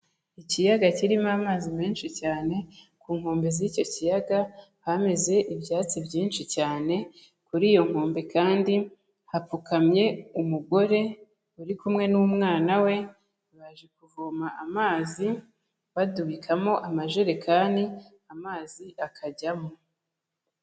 Ikiyaga kirimo amazi menshi cyane ku nkombe z'icyo kiyaga hameze ibyatsi byinshi cyane, kuri iyo nkombe kandi hapfukamye umugore uri kumwe n'umwana we, baje kuvoma amazi badubikamo amajerekani, amazi akajyamo.